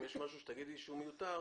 אם יש משהו שתאמרו שהוא מיותר,